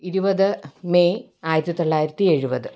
ഇരുപത് മെയ് ആയിരത്തി തൊള്ളായിരത്തി എഴുപത്